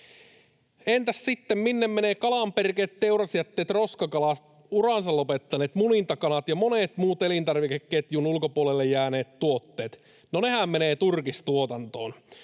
Entäs minne sitten menevät kalanperkeet, teurasjätteet, roskakalat, uransa lopettaneet munintakanat ja monet muut elintarvikeketjun ulkopuolelle jääneet tuotteet? No, nehän menevät turkistuotantoon.